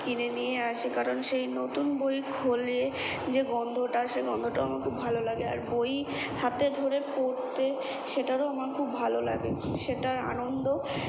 কিনে নিয়ে আসি কারণ সেই নতুন বই খোলে যে গন্ধটা আসে সে গন্ধটাও আমার খুব ভালো লাগে আর বই হাতে ধরে পড়তে সেটারও আমার খুব ভালো লাগে সেটার আনন্দ